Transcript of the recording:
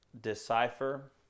decipher